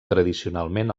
tradicionalment